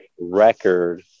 record